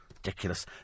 Ridiculous